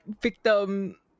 Victim